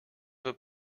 veux